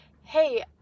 hey